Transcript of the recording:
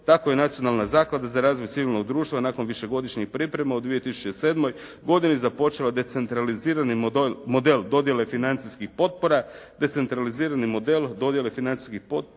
kako je Nacionalna zaklada za razvoj civilnog društva nakon višegodišnjih priprema u 2007. godini započela decentralizirani model dodjele financijskih potpora,